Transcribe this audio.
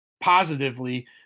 Positively